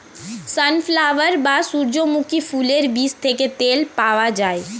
sunflower বা সূর্যমুখী ফুলের বীজ থেকে তেল পাওয়া যায়